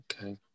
Okay